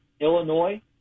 Illinois